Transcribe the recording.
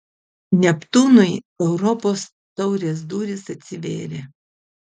neptūnui europos taurės durys atsivėrė